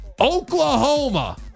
Oklahoma